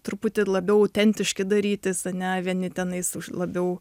truputį labiau autentiški darytis ane vieni tenais labiau